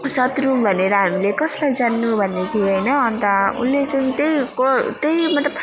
शत्रु भनेर हामीले कसलाई जान्नु भन्ने थियो होइन अन्त उसले चाहिँ त्यहीँको त्यहीँ मतलब